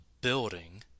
building